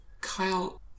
Kyle